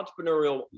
entrepreneurial